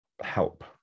help